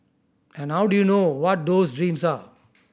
and how do you know what those dreams are